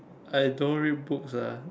I don't read books ah